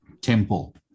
temple